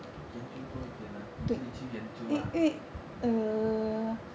研究多一点 ah 你自己去研究 ah